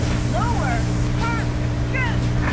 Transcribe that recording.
lower hark, again.